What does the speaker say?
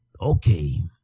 okay